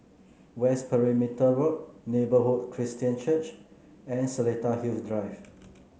West Perimeter Road Neighbourhood Christian Church and Seletar Hills Drive